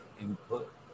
input